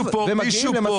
יותר.